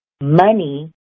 Money